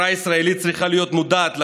החברה הישראלית צריכה להיות מודעת לקורבן,